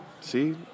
See